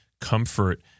comfort